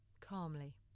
calmly